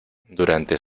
durante